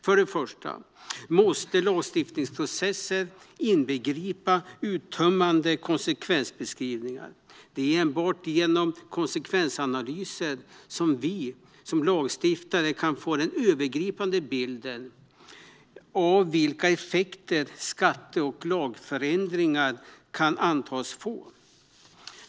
För det första måste lagstiftningsprocesser inbegripa uttömmande konsekvensbeskrivningar. Det är enbart genom konsekvensanalyser som vi som lagstiftare kan få den övergripande bilden av vilka effekter skatte och lagförändringar kan antas få.